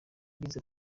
yagize